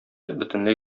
бөтенләй